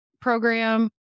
program